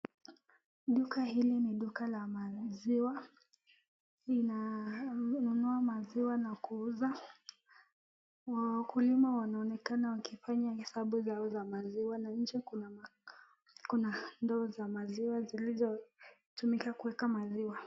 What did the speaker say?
Duka hili ni duka la maziwa. Linanunua maziwa na kuuza. Wakulima wanaonenakana wakifanya hesabu zao za maziwa na nje kuna ndoo za maziwa zilizotumika kuweka maziwa.